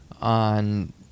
on